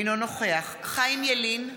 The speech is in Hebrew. אינו נוכח חיים ילין,